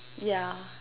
yeah